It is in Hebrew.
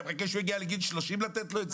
אתה מחכה שהוא יגיע לגיל 30 כדי לתת לו את זה?